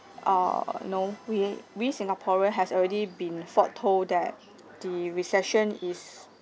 err you know we we singaporean has already been foretold that the recession is